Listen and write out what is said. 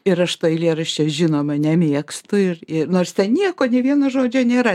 ir aš to eilėraščio žinoma nemėgstu ir ir nors ten nieko nė vieno žodžio nėra